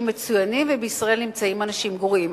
מצוינים ובישראל נמצאים אנשים גרועים.